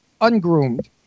ungroomed